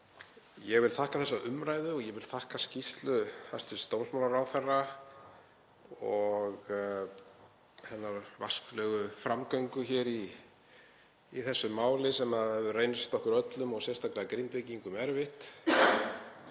Ég vil þakka þessa umræðu og ég vil þakka skýrslu hæstv. dómsmálaráðherra og hennar vasklegu framgöngu hér í þessu máli sem hefur reynst okkur öllum erfitt, sérstaklega Grindvíkingum.